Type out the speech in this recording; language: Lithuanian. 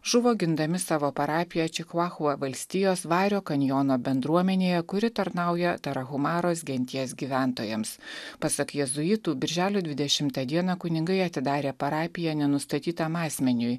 žuvo gindami savo parapiją čihuahua valstijos vario kanjono bendruomenėje kuri tarnauja tarahumaros genties gyventojams pasak jėzuitų birželio dvidešimtą dieną kunigai atidarė parapiją nenustatytam asmeniui